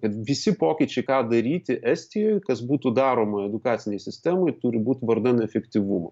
kad visi pokyčiai ką daryti estijoj kas būtų daroma edukacinėj sistemoj turi būt vardan efektyvumo